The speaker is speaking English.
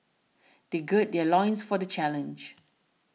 they gird their loins for the challenge